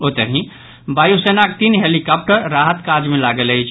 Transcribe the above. ओतहि वायुसेनाक तीन हेलिकॉप्टर राहत काज मे लागल अछि